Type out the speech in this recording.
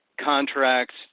contracts